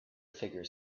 figure